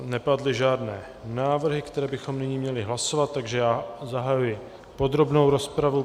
Nepadly žádné návrhy, které bychom nyní měli hlasovat, takže já zahajuji podrobnou rozpravu.